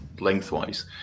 lengthwise